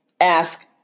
ask